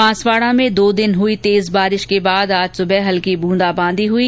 बांसवाड़ा में दो दिन हुई तेज बारिश के बाद आज सुबह हल्की ब्रंदा बांदी हुई